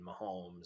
Mahomes